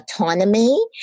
autonomy